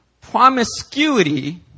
Promiscuity